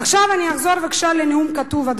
עכשיו אני אחזור, בבקשה, לנאום הכתוב.